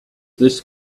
this